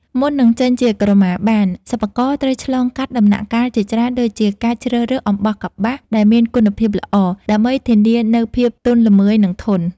មុននឹងចេញជាក្រមាបាន សិប្បករត្រូវឆ្លងកាត់ដំណាក់កាលជាច្រើនដូចជា ការជ្រើសរើសអំបោះកប្បាស ដែលមានគុណភាពល្អ ដើម្បីធានានូវភាពទន់ល្មើយ និងធន់។